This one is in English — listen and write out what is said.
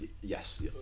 yes